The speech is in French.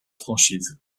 franchise